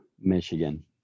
michigan